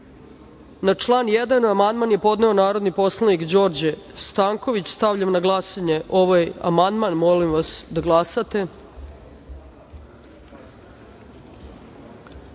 član 1. amandman je podneo narodni poslanik Đorđe Stanković. Stavljam na glasanje ovaj amandman. Molim vas da